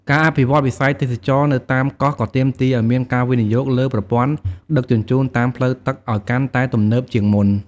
ការអភិវឌ្ឍវិស័យទេសចរណ៍នៅតាមកោះក៏ទាមទារឱ្យមានការវិនិយោគលើប្រព័ន្ធដឹកជញ្ជូនតាមផ្លូវទឹកឱ្យកាន់តែទំនើបជាងមុន។